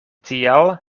tial